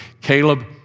Caleb